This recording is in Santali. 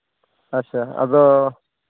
ᱟᱪᱪᱷᱟ ᱟᱫᱚ